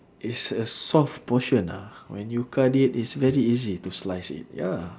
is a soft portion ah when you cut it is very easy to slice it ya